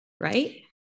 right